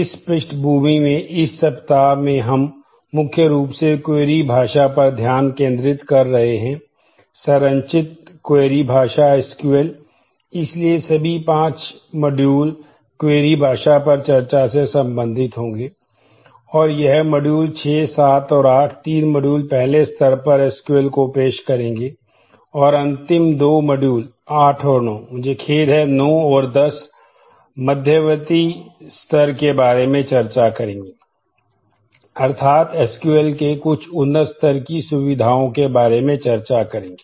इस पृष्ठभूमि में इस सप्ताह में हम मुख्य रूप से क्वेरी में कुछ उन्नत स्तर की सुविधाओं के बारे में चर्चा करेंगे